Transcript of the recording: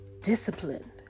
discipline